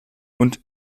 und